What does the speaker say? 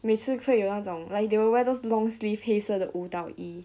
每次会有那种 like they will wear those long sleeve 黑色的舞蹈衣